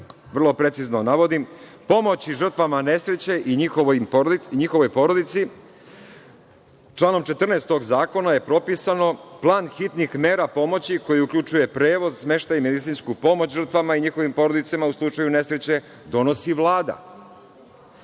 vrlo precizno navodim, pomoći žrtvama nesreće i njihovoj porodici članom 14. tog zakona je propisan plan hitnih mera pomoći, koje uključuju prevoz, smeštaj, medicinsku pomoć žrtvama i njihovim porodicama u slučaju nesreće, donosi Vlada. Istim